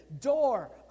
door